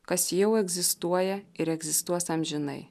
kas jau egzistuoja ir egzistuos amžinai